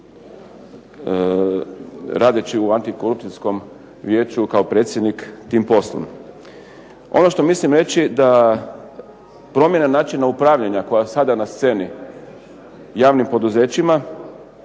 radeći u Antikorupcijskom vijeću kao predsjednik, tim poslom. Ono što mislim reći je da promjena načina upravljanja koja je sada na sceni javnim poduzećima